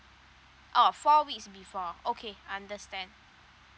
oh four weeks before okay understand